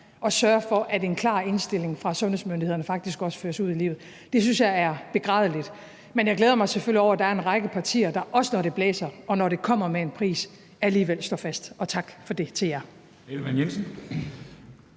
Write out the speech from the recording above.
og sørge for, at en klar indstilling fra sundhedsmyndighederne faktisk også føres ud i livet. Det synes jeg er begrædeligt. Men jeg glæder mig selvfølgelig over, at der er en række partier, der, også når det blæser, og når det kommer med en pris, alligevel står fast, og tak for det til jer.